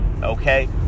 okay